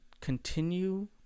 continue